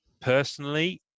personally